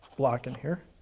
block in here.